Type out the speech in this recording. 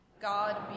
God